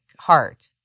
heart